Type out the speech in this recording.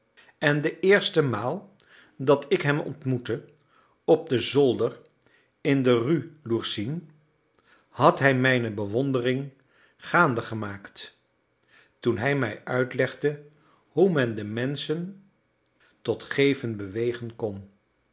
en de eerste maal dat ik hem ontmoette op den zolder in de rue lourcine had hij mijne bewondering gaande gemaakt toen hij mij uitlegde hoe men de menschen tot geven bewegen kon